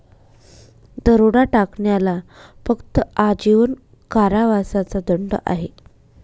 दरोडा टाकण्याला फक्त आजीवन कारावासाचा दंड आहे